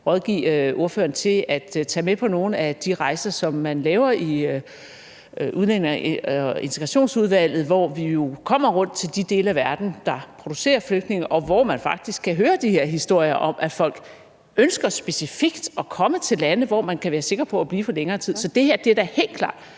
rådgive ordføreren til at tage med på nogle af de rejser, som man laver i Udlændinge- og Integrationsudvalget, hvor vi jo kommer rundt til de dele af verden, der producerer flygtninge, og hvor man faktisk kan høre de her historier om, at folk specifikt ønsker at komme til lande, hvor de kan være sikre på at blive for længere tid. Så det her er da helt klart